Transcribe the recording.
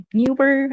newer